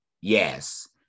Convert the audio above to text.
Yes